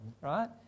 right